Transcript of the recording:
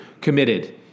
committed